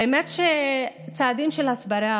האמת היא שצעדים של הסברה,